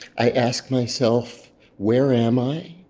i ask myself where am i.